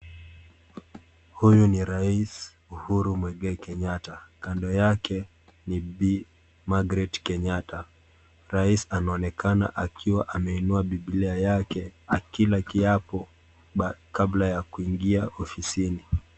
Huyu ni Raisi Uhuru Mwigai Kenyatta. Kando yake, ni Bi. Margaret Kenyatta. Raisi anaonekana akiwa ameinua Bibilia yake, akila kiapo kabla ya kuingia ofisini.